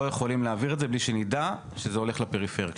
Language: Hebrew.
לא יכולים להעביר את זה בלי שנדע שזה הולך לפריפריה.